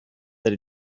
that